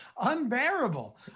unbearable